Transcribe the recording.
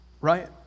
right